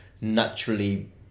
naturally